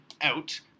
out